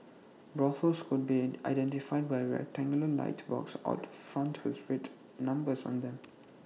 brothels could be identified by A rectangular light box out front with red numbers on them